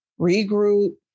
regroup